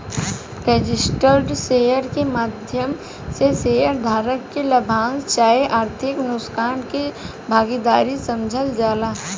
registered share के माध्यम से शेयर धारक के लाभांश चाहे आर्थिक नुकसान के भागीदार समझल जाला